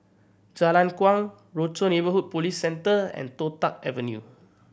Jalan Kuang Rochor Neighborhood Police Centre and Toh Tuck Avenue